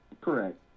Correct